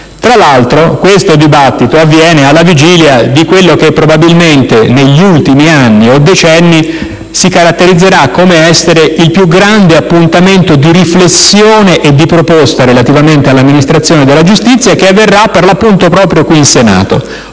Tra l'altro questa discussione avviene alla vigilia di quello che probabilmente negli ultimi anni o decenni si caratterizzerà per essere il più grande appuntamento di riflessione e di proposta relativamente all'amministrazione della giustizia, che avverrà per l'appunto proprio qui in Senato: